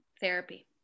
therapy